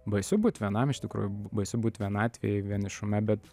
baisu būt vienam iš tikrųjų baisu būti vienatvėj vienišume bet